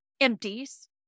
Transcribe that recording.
empties